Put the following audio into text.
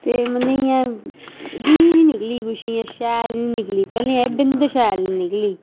ते मतलब इयां अजीब निकली किश इ'यां शैल नी निकली भलेआं बिंद शैल निकली